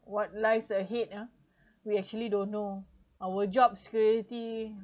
what lies ahead ah we actually don't know our job security